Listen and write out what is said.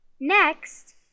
Next